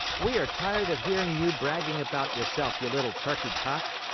we are tired of hearing you bragging about yourself, you little turkey cock!